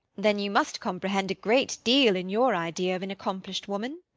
then you must comprehend a great deal in your idea of an accomplished woman.